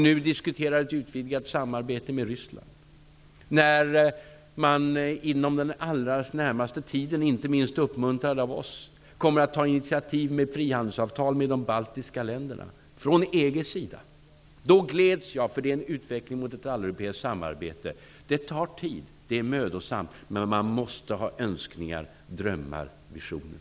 Nu diskuteras ett utvidgat samarbete med Ryssland. Inom den allra närmaste tiden kommer man från EG:s sida, inte minst uppmuntrad av oss, att ta initiativ till frihandelsavtal med de baltiska länderna. Jag gläds över allt detta, för det är en utveckling mot ett alleuropeiskt samarbete. Det tar tid. Det är mödosamt. Men man måste ha önskningar, drömmar, visioner.